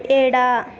ಎಡ